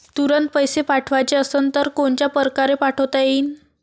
तुरंत पैसे पाठवाचे असन तर कोनच्या परकारे पाठोता येईन?